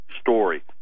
story